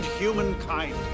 humankind